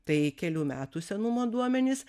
tai kelių metų senumo duomenys